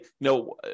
no